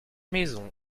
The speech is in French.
maisons